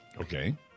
Okay